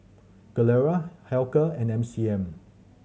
Gilera Hilker and M C M